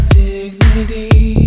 dignity